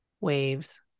waves